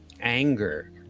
anger